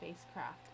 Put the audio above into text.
spacecraft